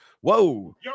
Whoa